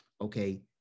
Okay